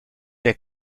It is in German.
der